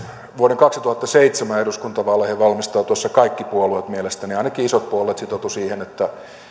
vuoden kaksituhattaseitsemän eduskuntavaaleihin valmistautuessa kaikki puolueet mielestäni ainakin isot puolueet sitoutuivat siihen